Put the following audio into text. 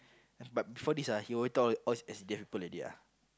but before this ah he already tell all his S_C_D_F people already ah